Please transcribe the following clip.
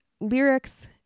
lyrics